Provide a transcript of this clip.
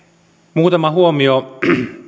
muutama huomio